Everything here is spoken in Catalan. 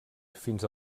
fins